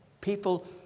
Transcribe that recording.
People